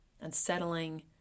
unsettling